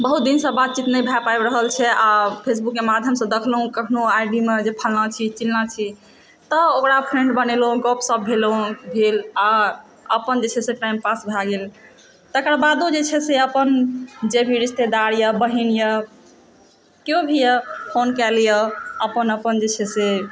बहुत दिनसँ बात चित नहि भए पाबि रहल छै आ फेसबुकके माध्यमसँ देखलहुँ कखनो आइडीमे जे फलना छी चिलना छी तऽ ओकरा फ्रेन्ड बनेलहुँ गप शप भेलहुँ भेल आ अपन जे छै से टाइम पास भए गेल तकर बादो जे छै से अपन जे भी रिश्तेदार या बहिन या केओ भी हो फोन कए लियऽ अपन अपन जे छै से